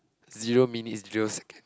zero minutes zero second